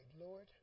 Lord